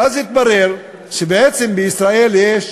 ואז התברר שבעצם בישראל יש